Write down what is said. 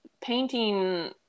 painting